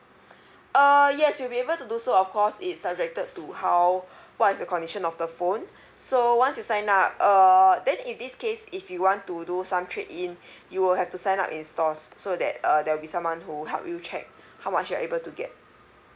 uh yes you'll be able to do so of course it's subjected to how what is the condition of the phone so once you sign up uh then in this case if you want to do some trade in you will have to sign up in stores so that uh there will be someone who help you check how much you're able to get